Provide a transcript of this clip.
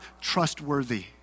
trustworthy